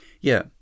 Yeah